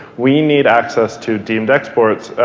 we need access to deemed exports.